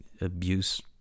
abuse